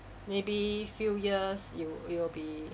maybe few years you you will be